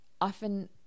often